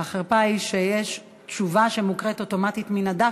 החרפה היא שיש תשובה שמוקראת אוטומטית מן הדף